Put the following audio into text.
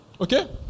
Okay